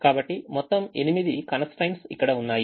కాబట్టి మొత్తం 8 constraints ఇక్కడ ఉన్నాయి